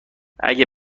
اگه